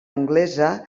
anglesa